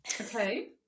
Okay